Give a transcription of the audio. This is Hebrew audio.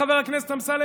חבר הכנסת אמסלם,